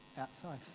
outside